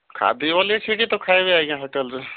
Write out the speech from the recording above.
ଖାଦ୍ୟ ବୋଏଲେ ସେଇଠି ତ ଖାଇବେ ଆଜ୍ଞା ହୋଟେଲ୍ରେ